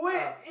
ah